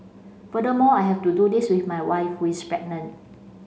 furthermore I have to do this with my wife who is pregnant